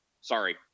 Sorry